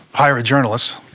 hire a journalist,